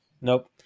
Nope